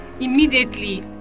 immediately